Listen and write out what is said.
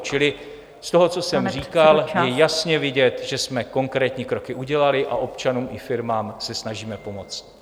Čili z toho, co jsem říkal , je jasně vidět, že jsme konkrétní kroky udělali a občanům i firmám se snažíme pomoct.